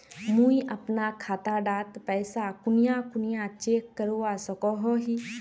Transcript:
मुई अपना खाता डात पैसा कुनियाँ कुनियाँ चेक करवा सकोहो ही?